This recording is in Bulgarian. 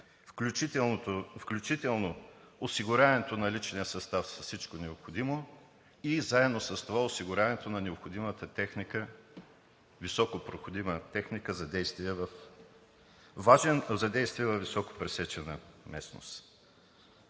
включително осигуряването на личния състав с всичко необходимо и заедно с това осигуряването на необходимата високопроходима техника за действие във високо пресечена местност.